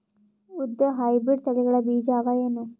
ಉದ್ದ ಹೈಬ್ರಿಡ್ ತಳಿಗಳ ಬೀಜ ಅವ ಏನು?